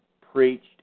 preached